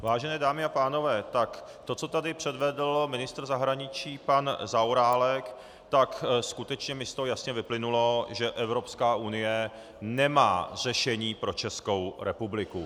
Vážené dámy a pánové, tak to, co tady předvedl ministr zahraničí pan Zaorálek, tak skutečně mi z toho jasně vyplynulo, že Evropská unie nemá řešení pro Českou republiku.